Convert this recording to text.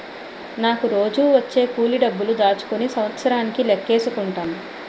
నాకు రోజూ వచ్చే కూలి డబ్బులు దాచుకుని సంవత్సరానికి లెక్కేసుకుంటాం